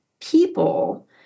people